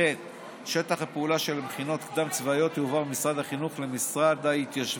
שטח הפעולה של המכינות הקדם-צבאיות יועבר ממשרד החינוך למשרד ההתיישבות.